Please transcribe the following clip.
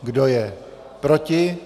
Kdo je proti?